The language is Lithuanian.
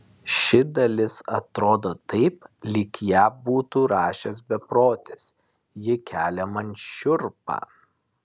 ši dalis atrodo taip lyg ją būtų rašęs beprotis ji kelia man šiurpą